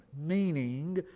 meaning